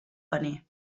paner